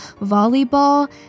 Volleyball